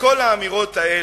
וכל האמירות האלה,